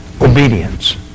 Obedience